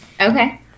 okay